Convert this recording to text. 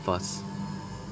first